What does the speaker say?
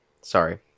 sorry